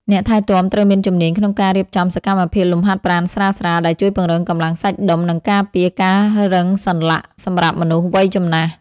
អ្នកថែទាំត្រូវមានជំនាញក្នុងការរៀបចំសកម្មភាពលំហាត់ប្រាណស្រាលៗ ដែលជួយពង្រឹងកម្លាំងសាច់ដុំ និងការពារការរឹងសន្លាក់សម្រាប់មនុស្សវ័យចំណាស់។